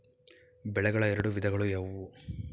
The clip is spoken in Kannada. ಬೆಳೆಗಳ ಎರಡು ವಿಧಗಳು ಯಾವುವು?